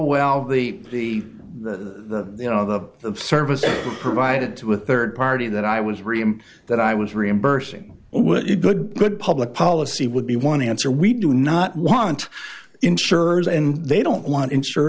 well the the the you know the service provided to a rd party that i was really that i was reimbursing what you good good public policy would be one answer we do not want insurers and they don't want insure